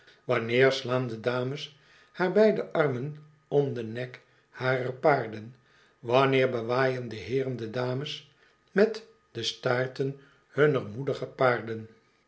wanneer slaan de dames haar beide armen om den nek harer paarden wanneer bewaaien de heeren de dames met de staarten hunner moedige paarden